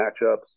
matchups